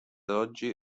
oggi